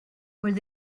where